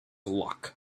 luck